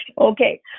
Okay